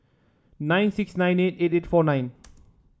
nine six nine eight eight eight four nine